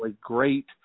great